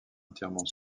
entièrement